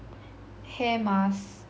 hair mask